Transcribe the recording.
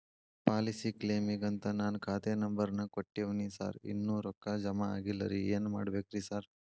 Policy ಕ್ಲೇಮಿಗಂತ ನಾನ್ ಖಾತೆ ನಂಬರ್ ನಾ ಕೊಟ್ಟಿವಿನಿ ಸಾರ್ ಇನ್ನೂ ರೊಕ್ಕ ಜಮಾ ಆಗಿಲ್ಲರಿ ಏನ್ ಮಾಡ್ಬೇಕ್ರಿ ಸಾರ್?